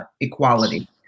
equality